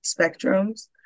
spectrums